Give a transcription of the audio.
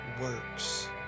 works